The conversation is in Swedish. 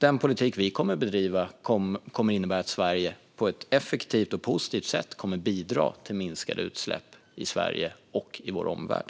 Den politik vi kommer att bedriva kommer att innebära att Sverige på ett effektivt och positivt sätt bidrar till minskade utsläpp i Sverige och vår omvärld.